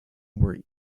were